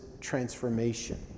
transformation